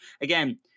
again